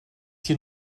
hier